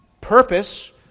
purpose